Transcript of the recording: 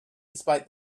despite